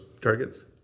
targets